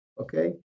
okay